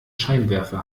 scheinwerfer